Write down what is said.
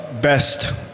best